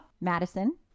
Madison